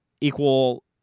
equal